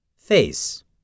face